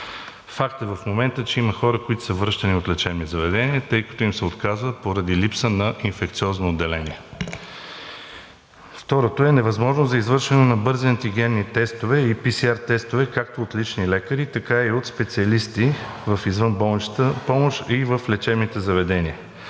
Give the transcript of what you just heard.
Факт е в момента, че има хора, които са връщани от лечебни заведения, тъй като им се отказва поради липса на инфекциозно отделение. Второто е невъзможност за извършване на бързи антигенни тестове и PCR тестове както от лични лекари, така и от специалисти в извънболничната помощ и в лечебните заведения.